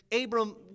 Abram